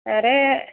ଆରେ